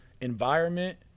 environment